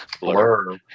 Blur